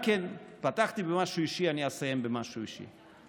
פתחתי במשהו אישי ואני אסיים במשהו אישי: